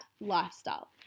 lifestyle